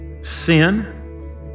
sin